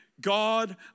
God